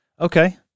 Okay